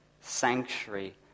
sanctuary